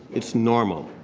it's normal.